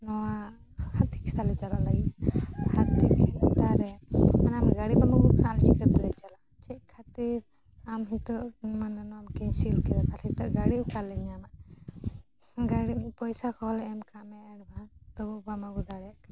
ᱱᱚᱣᱟ ᱦᱟᱛᱤ ᱠᱷᱮᱫᱟᱞᱮ ᱪᱟᱞᱟᱜ ᱞᱟᱹᱜᱤᱫ ᱦᱟᱛᱤ ᱠᱷᱮᱫᱟ ᱨᱮ ᱚᱱᱟ ᱟᱲᱤ ᱵᱟᱱᱩᱜᱼᱟ ᱟᱨ ᱪᱤᱠᱟᱹᱛᱮᱞᱮ ᱪᱟᱞᱟᱜᱼᱟ ᱪᱮᱫ ᱠᱷᱟᱹᱛᱤᱨ ᱟᱢ ᱢᱟᱱᱮ ᱱᱤᱛᱳᱜ ᱮᱢ ᱠᱮᱱᱥᱮᱞ ᱠᱮᱫᱟ ᱛᱟᱦᱞᱮ ᱱᱤᱛᱳᱜ ᱜᱟᱲᱤ ᱚᱠᱟᱨᱮᱞᱮ ᱧᱟᱢᱟ ᱜᱟᱹᱲᱤ ᱨᱮᱭᱟᱜ ᱯᱚᱭᱥᱟ ᱠᱚᱦᱚᱸ ᱞᱮ ᱮᱢ ᱠᱟᱜ ᱢᱮ ᱮᱰᱵᱷᱟᱱᱥ ᱛᱚ ᱵᱟᱢ ᱟᱹᱜᱩ ᱫᱟᱲᱭᱟᱜ ᱠᱟᱱᱟ